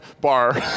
bar